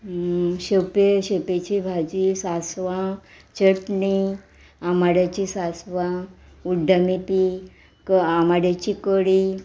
शेपे शेपेची भाजी सांसवां चटणी आमाड्याची सांसवां उड्डमेती आमाड्याची कडी